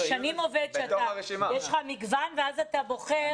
יש לך מגוון ואז אתה בוחר.